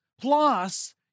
plus